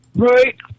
Right